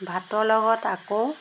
ভাতৰ লগত আকৌ